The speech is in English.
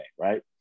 right